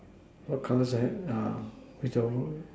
what colour is the hat it's a